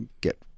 get